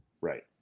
Right